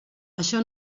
això